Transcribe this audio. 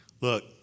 look